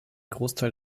großteil